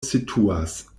situas